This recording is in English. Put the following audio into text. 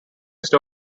midst